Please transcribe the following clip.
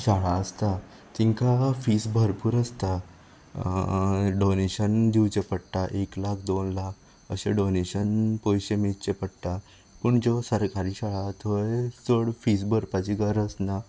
शाळा आसता तिंका फिज भरपूर आसता डॉनेशन दिवचे पडटा एक लाख दोन लाख अशें डॉनेशन पयशे मेजचे पडटा पूण ज्यो सरकारी शाळा आहा थंय चड फिज भरपाची गरज ना